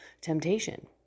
temptation